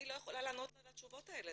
אני לא יכולה לענות את התשובות האלה.